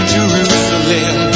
Jerusalem